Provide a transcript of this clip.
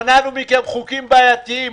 מנענו מכם חוקים בעייתיים.